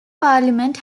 parliament